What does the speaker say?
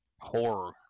horror